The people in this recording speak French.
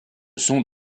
sont